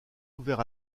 ouvert